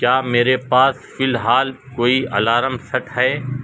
کیا میرے پاس فی الحال کوئی الارم سیٹ ہے